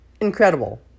incredible